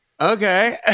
okay